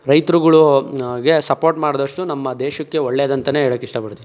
ರೈತ್ರುಗಳು ಗೆ ಸಪೋರ್ಟ್ ಮಾಡಿದಷ್ಟು ನಮ್ಮ ದೇಶಕ್ಕೆ ಒಳ್ಳೆದಂತಯೇ ಹೇಳೊಕ್ಕೆ ಇಷ್ಟಪಡ್ತೀನಿ